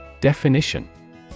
Definition